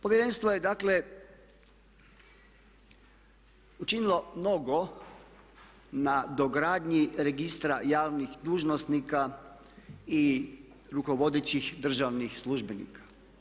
Povjerenstvo je dakle učinilo mnogo na dogradnji registra javnih dužnosnika i rukovodećih državnih službenika.